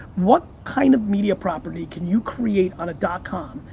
what kind of media property can you create on a dot com,